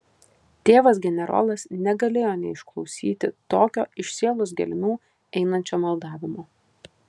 tėvas generolas negalėjo neišklausyti tokio iš sielos gelmių einančio maldavimo